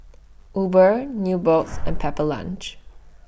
Uber Nubox and Pepper Lunch